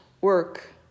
work